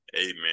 Amen